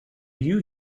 you